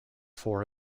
four